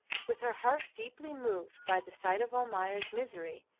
with her heart deeply moved by the sight of almayer's misery,